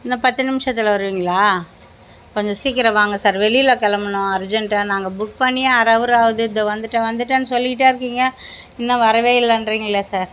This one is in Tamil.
இன்னும் பத்து நிமிஷத்துல வருவிங்களா கொஞ்சம் சீக்கிரம் வாங்க சார் வெளியில் கெளம்பணும் அர்ஜென்ட்டாக நாங்கள் புக் பண்ணி அரை ஹவரு ஆகுது இதோ வந்துவிட்டேன் வந்துவிட்டேன் சொல்லிகிட்டே இருக்கீங்க இன்னும் வரவே இல்லைன்றீங்களே சார்